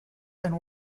and